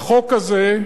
בחוק הזה,